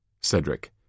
Cedric